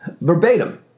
verbatim